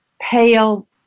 pale